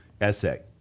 essay